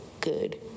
good